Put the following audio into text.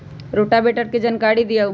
Rotavator के जानकारी दिआउ?